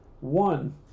one